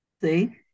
See